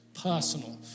personal